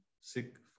sick